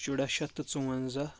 شراہ شیٚتھ تہٕ ژُوَنزہ